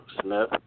Smith